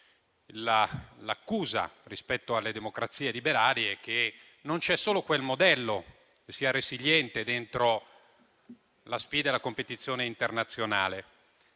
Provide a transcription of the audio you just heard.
l'accusa rispetto alle democrazie liberali è che non c'è solo quel modello ad essere resiliente all'interno della sfida della competizione internazionale.